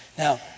Now